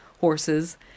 horses